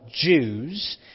Jews